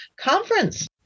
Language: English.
Conference